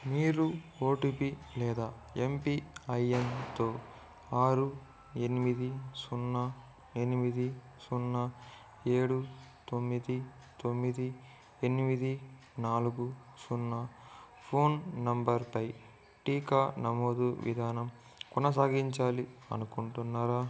మీరు ఓటీపీ లేదా ఎంపిఐఎన్తో ఆరు ఎనిమిది సున్నా ఎనిమిది సున్నా ఏడు తొమ్మిది తొమ్మిది ఎనిమిది నాలుగు సున్నా ఫోన్ నంబర్ పై టీకా నమోదు విధానం కొనసాగించాలి అనుకుంటున్నారా